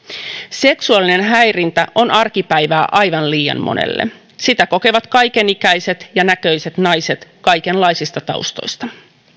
seksuaalinen häirintä on arkipäivää aivan liian monelle sitä kokevat kaikenikäiset ja näköiset naiset kaikenlaisista taustoista